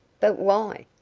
but why?